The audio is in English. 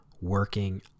working